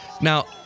Now